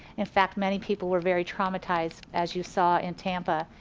in fact, many people were very traumatized as you saw in tampa,